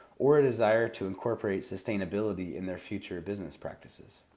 or a desire to incorporate sustainability in their future business practices.